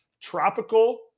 Tropical